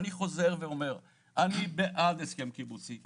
אני חוזר ואומר: אני בעד הסכם קיבוצי.